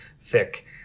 thick